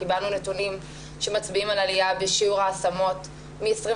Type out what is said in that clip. קיבלנו נתונים שמצביעים על עליה בשיעור ההשמות מ-25